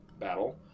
battle